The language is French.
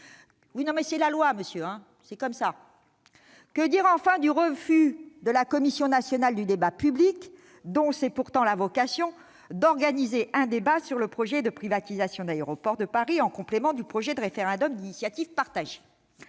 inquiétées ? C'est la loi, monsieur ! Que dire enfin du refus de la Commission nationale du débat public (CNDP), dont c'est pourtant la vocation, d'organiser un débat sur le projet de privatisation d'Aéroports de Paris, en complément du projet de référendum d'initiative partagée ?